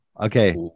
Okay